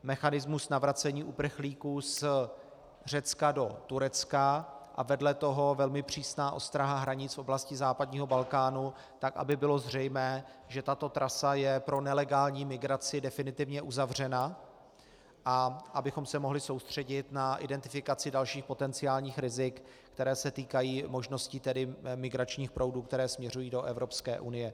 Mechanismus navracení uprchlíků z Řecka do Turecka a vedle toho velmi přísná ostraha hranic v oblasti západního Balkánu tak, aby bylo zřejmé, že tato trasa je pro nelegální migraci definitivně uzavřena, a abychom se mohli soustředit na identifikaci dalších potenciálních rizik, které se týkají možností migračních proudů, které směřují do Evropské unie.